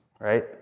right